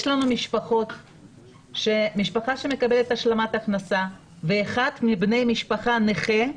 יש לנו משפחות שמקבלות השלמת הכנסה ואחד מבני המשפחה נכה,